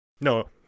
No